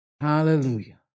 Hallelujah